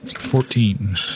Fourteen